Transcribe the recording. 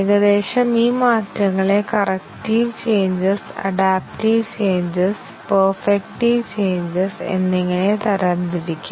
ഏകദേശം ഈ മാറ്റങ്ങളെ corrective changes adaptive changes perfective changes എന്നിങ്ങനെ തരംതിരിക്കാം